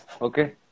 Okay